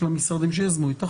של המשרדים שיזמו את החוק.